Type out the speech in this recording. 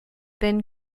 then